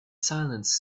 silence